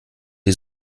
die